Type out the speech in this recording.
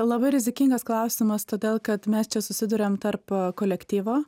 labai rizikingas klausimas todėl kad mes čia susiduriame tarp kolektyvo